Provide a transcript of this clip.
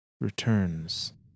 returns